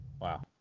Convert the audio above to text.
Wow